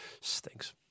stinks